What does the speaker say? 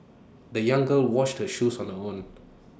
the young girl washed her shoes on her own